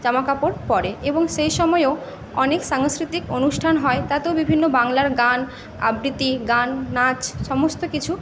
জামাকাপড় পরে এবং সেই সময়েও অনেক সাংস্কৃতিক অনুষ্ঠান হয় তাতেও বিভিন্ন বাংলার গান আবৃত্তি গান নাচ সমস্ত কিছু